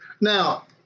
Now